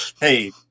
Hey